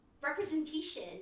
representation